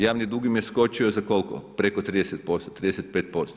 Javni dug im je skočio za koliko, preko 30%, 35%